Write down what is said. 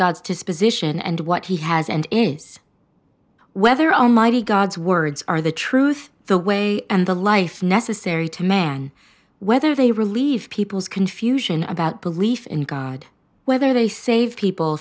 god's disposition and what he has and whether almighty god's words are the truth the way and the life necessary to man whether they relieve people's confusion about belief in god whether they save people